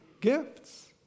gifts